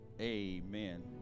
amen